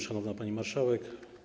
Szanowna Pani Marszałek!